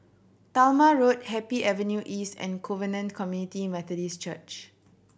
Talma Road Happy Avenue East and Covenant Community Methodist Church